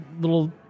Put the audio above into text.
little